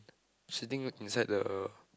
sitting inside the